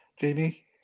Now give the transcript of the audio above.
Jamie